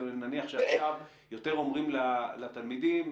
ואני מניח שעכשיו יותר אומרים לתלמידים,